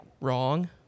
wrong